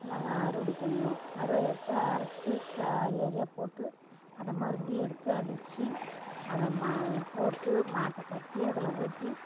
நாங்கள் அறுவடை பண்ணுவோம் அருவாள் எடுத்து அறுத்து கா அறி அறியாக போட்டு அதை மறுபடியும் எடுத்து அடிச்சு அதை மா போட்டு மாட்டை கட்டி அதில் ஓட்டி